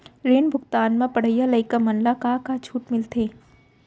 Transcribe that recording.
ऋण भुगतान म पढ़इया लइका मन ला का का छूट मिलथे?